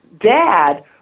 dad